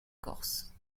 corse